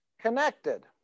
connected